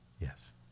Yes